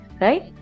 right